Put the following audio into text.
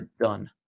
done